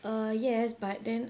uh yes but then